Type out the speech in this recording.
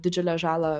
didžiulę žalą